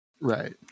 Right